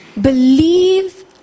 Believe